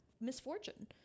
misfortune